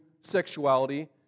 sexuality